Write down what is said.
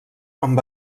amb